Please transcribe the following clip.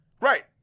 Right